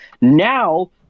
Now